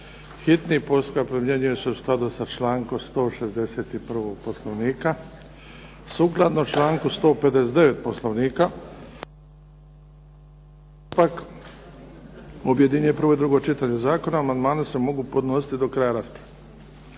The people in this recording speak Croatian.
Hitni postupak promjenjuje se u skladu sa člankom 161. Poslovnika. Sukladno članku 159. Poslovnika hitni postupak objedinjuje prvo i drugo čitanje zakona. Amandmani se mogu podnositi do kraja rasprave.